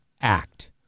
act